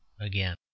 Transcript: again